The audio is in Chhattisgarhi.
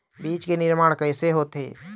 बीज के निर्माण कैसे होथे?